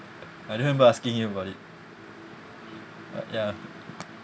I don't remember asking you about it uh ya